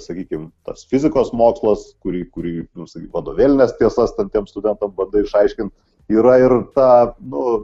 sakykim tas fizikos mokslas kurį kurį vadovėlines tiesas ten tiem studentam bandai išaiškint yra ir tą nu